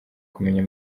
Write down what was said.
kumenya